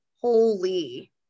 Holy